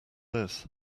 this